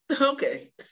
Okay